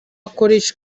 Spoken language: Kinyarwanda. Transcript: akoresha